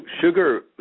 sugar